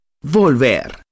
volver